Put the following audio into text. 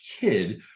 kid